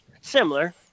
Similar